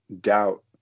doubt